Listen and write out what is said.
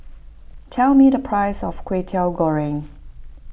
tell me the price of Kway Teow Goreng